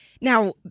Now